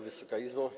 Wysoka Izbo!